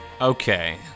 Okay